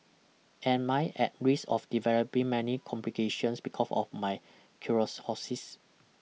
am I at risk of developing many complications because of my cirrhosis